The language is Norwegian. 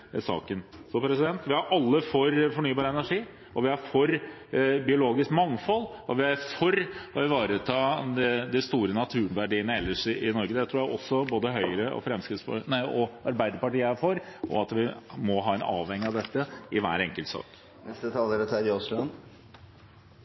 saken. Vi er alle for fornybar energi, vi er for biologisk mangfold, og vi er for å ivareta de store naturverdiene ellers i Norge. Det tror jeg også både Høyre og Arbeiderpartiet er for, og at vi må ha en avveining av dette i hver enkelt sak. Jeg kan til sistnevnte understreke at vi er